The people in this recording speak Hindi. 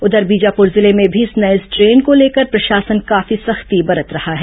उधर बीजापुर जिले में भी इस नये स्ट्रेन को लेकर प्रशासन काफी सख्ती बरत रहा है